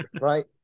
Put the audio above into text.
Right